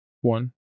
one